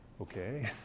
okay